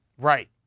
Right